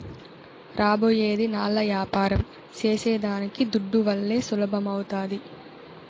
రాబోయేదినాల్ల యాపారం సేసేదానికి దుడ్డువల్లే సులభమౌతాది